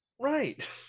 right